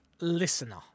listener